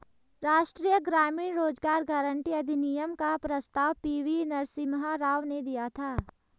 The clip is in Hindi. राष्ट्रीय ग्रामीण रोजगार गारंटी अधिनियम का प्रस्ताव पी.वी नरसिम्हा राव ने दिया था